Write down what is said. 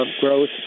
growth